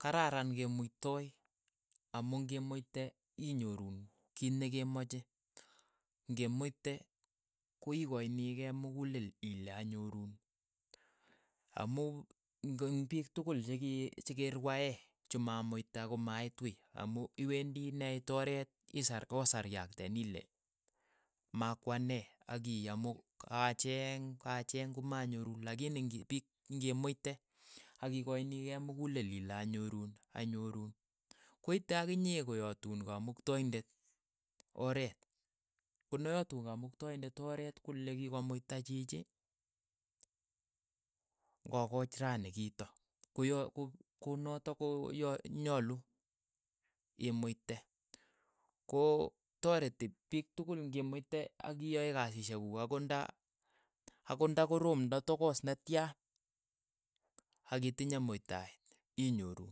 Kararan ke muitoi amu ngi'muite inyoruun kiit nekemache, ngimuite koikachinikei mukulel ile anyorun, amu ko ing' piik tukul che kii che kii rwae che mamuita komaiit wei amu iwendi neit oreet isar kosaryaketen ile makwene ak ki yamook, ka cheeng ka cheeng ko manyoru, lakini ngi pik ng'i muite ak ikachinikei mukulel ile anyorun anyorun, koite akinye koyatuun kamuktaindet oreet, ko na yatun kamuktaindet oreet kole ki ko muita chiichi. ng'okooch rani kiito, ko ya ko- konotok ko ya nyalu imuite, ko tareti piik tukul, ngi muite akiyae kasisheek kuuk ang'ot nda ang'ot nda koroom, nda tokos netia ak itinye muitaet, inyoruu,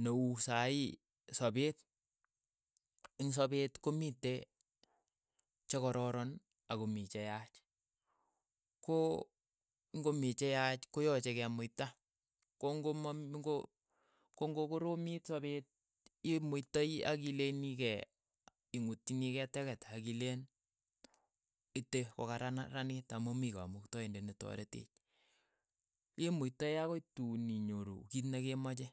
neuu saii sapeet, ing' sapeet komite chekororon ako mii cheyaach, ko ng'o mii che yaach, koyache kemuita, ko ng'o ma ng'o ko ng'o koroomit sapeet imuitai ak ilechini kei ing'utchini kei teket akileen, ite ko karaniraniit amu mi kamuktaindet ne toreteech, imuitai akoi tuun inyoru kiit ne kemache.